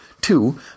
two